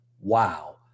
wow